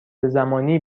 زمانی